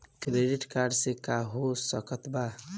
Credit card से का हो सकइत बा?